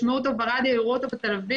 ישמעו אותו ברדיו ויראו אותו בטלוויזיה,